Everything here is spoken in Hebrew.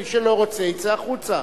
מי שלא רוצה יצא החוצה.